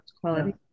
quality